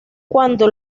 cuando